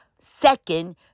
Second